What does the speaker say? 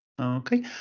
Okay